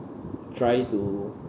try to